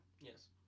yes